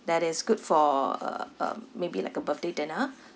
that is good for uh um maybe like a birthday dinner